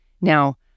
Now